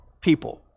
people